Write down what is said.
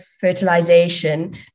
fertilization